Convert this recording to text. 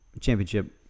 championship